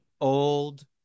old